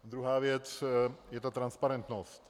Druhá věc je transparentnost.